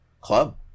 club